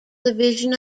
division